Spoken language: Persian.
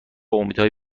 امیدهای